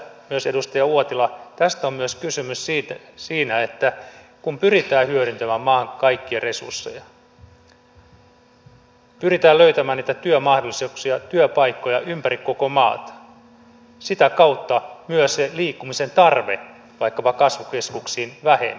ja edustaja uotila tässä on kysymys myös siitä että kun pyritään hyödyntämään maan kaikkia resursseja pyritään löytämään niitä työmahdollisuuksia työpaikkoja ympäri koko maata sitä kautta myös se liikkumisen tarve vaikkapa kasvukeskuksiin vähenee